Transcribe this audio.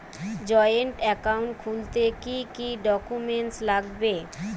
Joint account খুলতে কি কি ডকুমেন্টস লাগবে?